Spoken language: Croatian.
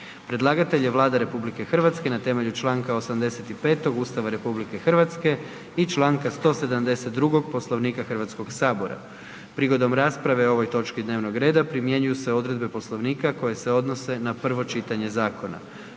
Predlagatelj je Vlada RH na temelju čl. 85. Ustava RH i čl. 172. Poslovnika Hrvatskoga sabora. Prigodom rasprave o ovoj točki dnevnog reda primjenjuju se odredbe Poslovnika koje se odnose na prvo čitanje zakona.